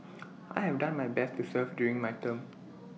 I have done my best to serve during my term